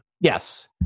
Yes